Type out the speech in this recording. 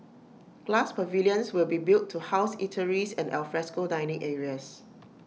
glass pavilions will be built to house eateries and alfresco dining areas